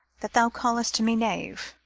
that thou callest me knave?